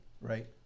Right